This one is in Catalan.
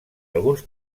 alguns